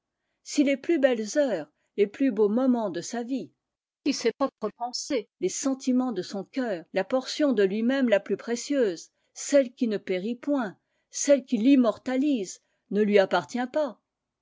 si les plus belles heures les plus beaux moments de sa vie si ses propres pensées les sentiments de son cœur la portion de lui-même la plus précieuse celle qui ne périt point celle qui l'immortalise ne lui appartient pas